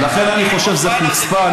לכן, אני חושב שזו חוצפה.